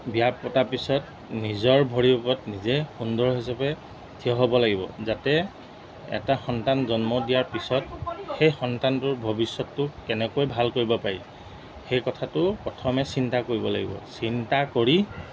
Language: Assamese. বিয়া পতাৰ পিছত নিজৰ ভৰি ওপৰত নিজে সুন্দৰ হিচাপে থিয় হ'ব লাগিব যাতে এটা সন্তান জন্ম দিয়াৰ পিছত সেই সন্তানটোৰ ভৱিষ্যতো কেনেকৈ ভাল কৰিব পাৰি সেই কথাটো প্ৰথমে চিন্তা কৰিব লাগিব চিন্তা কৰি